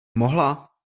mohla